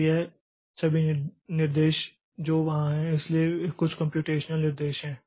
तो ये सभी निर्देश जो वहां हैं इसलिए वे कुछ कम्प्यूटेशनल निर्देश हैं